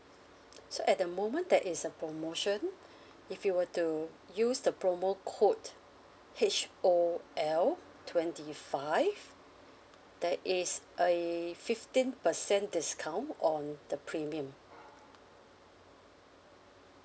so at the moment there is a promotion if you were to use the promo code H O L twenty five there is a fifteen percent discount on the premium